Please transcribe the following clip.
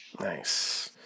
nice